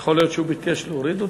יכול להיות שהוא ביקש להוריד אותו?